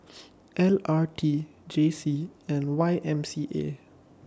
L R T J C and Y M C A